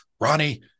Ronnie